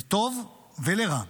לטוב ולרע.